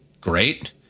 Great